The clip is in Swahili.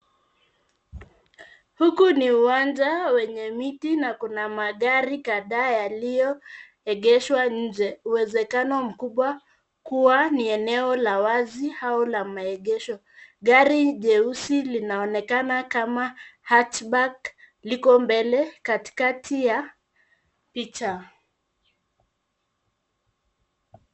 Huku ni uwanja wenye miti na kuna magari kadhaa yaliyoegeshwa nje, uwezekano mkubwa kua ni eneo la wazi au la maegesho. Gari jeusi linaonekana kama Hatchback, liko mbele katikati ya picha.